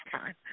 time